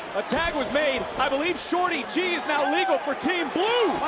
a tag was made. i believe shorty g is now legal for team blue.